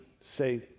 say